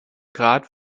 grad